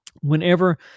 whenever